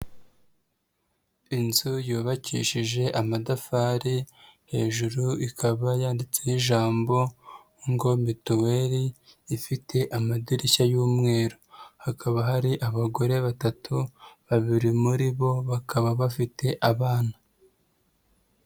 Inzu yubakishije amatafari, hejuru ikaba yanditseho ijambo ngo mituweli, ifite amadirishya y'umweru. Hakaba hari abagore batatu, babiri muri bo bakaba bafite abana.